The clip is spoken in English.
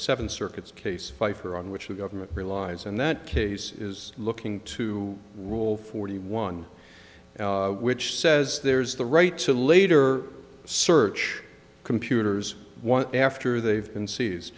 seven circuits case pfeifer on which the government relies and that case is looking to rule forty one which says there's the right to later search computers one after they've been se